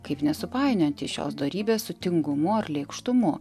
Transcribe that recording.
kaip nesupainioti šios dorybės su tingumu ar lėkštumu